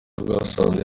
bwasanze